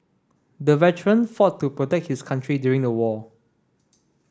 the veteran fought to protect his country during the war